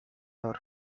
her